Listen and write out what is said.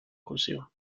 cursiva